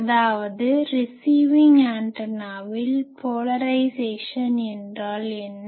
அதாவது ரிசிவிங் ஆண்டனாவில் போலரைஸேசன் என்றால் என்ன